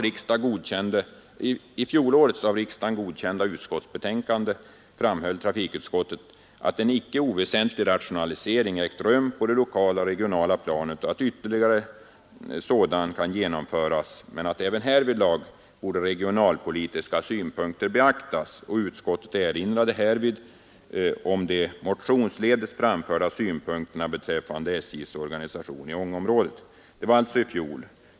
I fjolårets av riksdagen godkända utskottsbetänkande framhöll trafikutskottet att en icke oväsentlig rationalisering ägt rum på det lokala och det regionala planet och att ytterligare sådan kan genomföras men att även härvidlag regionalpolitiska synpunkter bör beaktas. Utskottet erinrade därvid om de motionsledes framförda synpunkterna beträffande SJ:s organisation i Ängeområdet — detta var alltså i fjol.